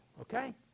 okay